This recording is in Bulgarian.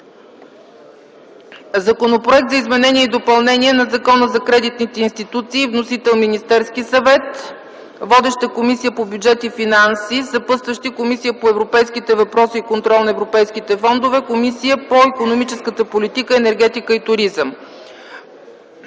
Законопроект за изменение и допълнение на Закона за кредитните институции. Вносител – Министерският съвет. Водеща - Комисията по бюджет и финанси. Съпътстващи – Комисия по европейските въпроси и контрол на европейските фондове и Комисия по икономическата политика, енергетика и туризъм;